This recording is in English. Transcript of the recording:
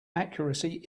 accuracy